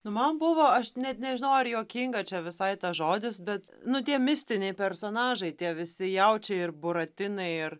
nu man buvo aš net nežinau ar juokinga čia visai tas žodis bet nu tie mistiniai personažai tie visi jaučiai ir buratinai ar